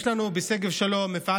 יש לנו בשגב שלום מפעל